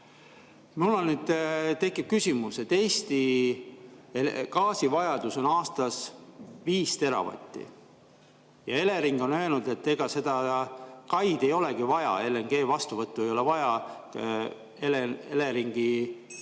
Mul nüüd tekib küsimus, et Eesti gaasivajadus on aastas 5 teravatti. Elering on öelnud, et ega seda kaid ei olegi vaja, LNG vastuvõttu ei ole Eleringi